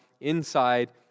inside